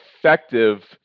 effective